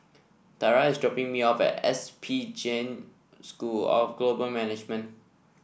Tarah is dropping me off at S P Jain School of Global Management